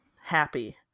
happy